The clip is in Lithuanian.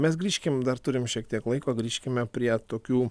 mes grįžkim dar turim šiek tiek laiko grįžkime prie tokių